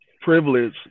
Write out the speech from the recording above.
privilege